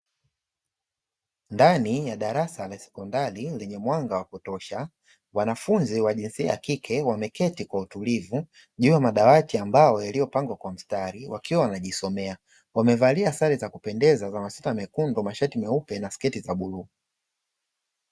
Ndani ya darasa la sekondari lenye mwanga wa kutosha, wanafunzi wa jinsia ya kike wameketi kwa utulivu juu ya madawati ya mbao yaliyopangwa kwa mstari wakiwa wanajisomea. Wamevalia sare za kupendeza za masweta mekundu, mashati meupe na shati za bluu.